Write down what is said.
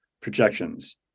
projections